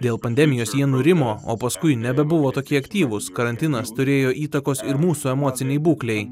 dėl pandemijos jie nurimo o paskui nebebuvo tokie aktyvūs karantinas turėjo įtakos ir mūsų emocinei būklei